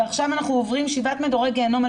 עכשיו אנחנו עוברים שבעת מדורי גיהינום על